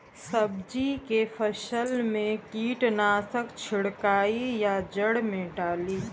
सब्जी के फसल मे कीटनाशक छिड़काई या जड़ मे डाली?